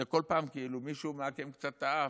זה כל פעם כאילו מישהו מעקם קצת את האף,